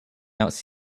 out